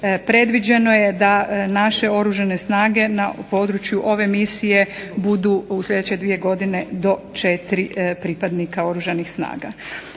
Predviđeno je da naše Oružane snage na području ove misije budu u sljedeće dvije godine do četiri pripadnika Oružanih snaga.